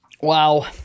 Wow